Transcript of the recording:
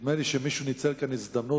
נדמה לי שמישהו ניצל פה הזדמנות,